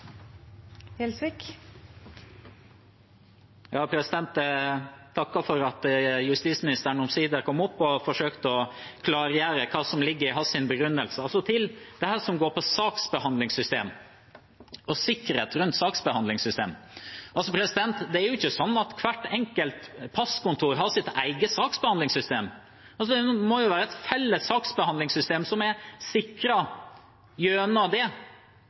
Gjelsvik har hatt ordet to ganger tidligere og får ordet til en kort merknad, begrenset til 1 minutt. Jeg takker for at justisministeren omsider kom opp og forsøkte å klargjøre hva som ligger i hans begrunnelse. Til dette som går på saksbehandlingssystemet og sikkerhet rundt saksbehandlingssystemet: Det er jo ikke slik at hvert enkelt passkontor har sitt eget saksbehandlingssystem. Det må jo være et felles saksbehandlingssystem som er sikret gjennom det.